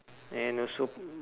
and also